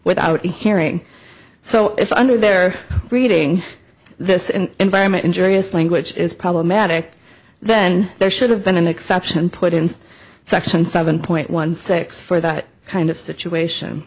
without a hearing so if under their reading this environment injurious language is problematic then there should have been an exception put in section seven point one six for that kind of situation